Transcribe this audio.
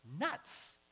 nuts